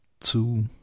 two –